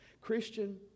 Christian